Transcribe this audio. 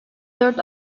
dört